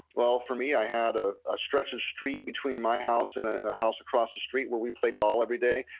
well, for me, i had ah a stretch of street between my house and a and house across the street where we played ball every day.